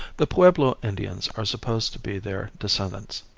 the pueblo indians are supposed to be their descendants,